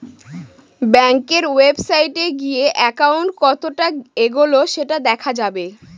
ব্যাঙ্কের ওয়েবসাইটে গিয়ে একাউন্ট কতটা এগোলো সেটা দেখা যাবে